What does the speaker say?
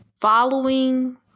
Following